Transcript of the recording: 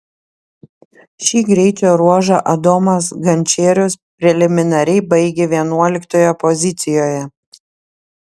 šį greičio ruožą adomas gančierius preliminariai baigė vienuoliktoje pozicijoje